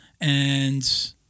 And-